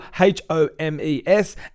H-O-M-E-S